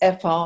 FR